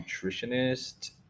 Nutritionist